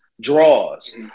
draws